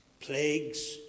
Plagues